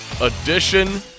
edition